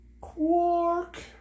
Quark